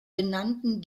benannten